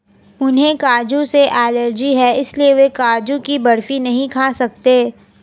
उन्हें काजू से एलर्जी है इसलिए वह काजू की बर्फी नहीं खा सकते